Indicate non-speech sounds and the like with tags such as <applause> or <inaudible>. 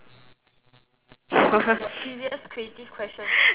<laughs>